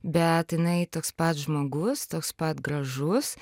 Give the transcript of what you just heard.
bet jinai toks pat žmogus toks pat gražus